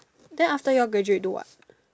then after your graduate do what